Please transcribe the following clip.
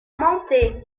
montée